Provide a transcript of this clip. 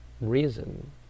reason